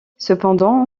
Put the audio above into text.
cependant